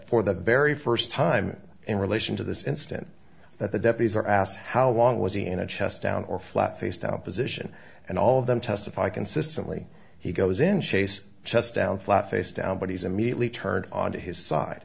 for the very st time in relation to this incident that the deputies are asked how long was he in a chest down or flat face down position and all of them testify consistently he goes in chase chest down flat face down but he's immediately turned on to his side